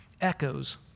echoes